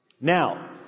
Now